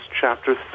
chapter